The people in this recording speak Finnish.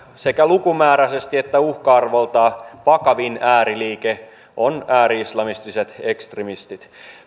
sekä lukumääräisesti että uhka arvoltaan vakavin ääriliike on ääri islamistiset ekstremistit